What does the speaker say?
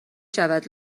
شود